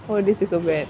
oh this is so bad